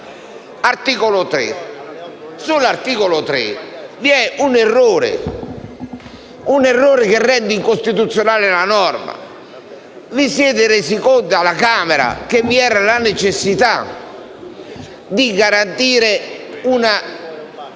l'articolo 3, esso contiene un errore che rende incostituzionale la norma. Vi siete resi conto alla Camera che vi era la necessità di garantire,